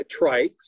trikes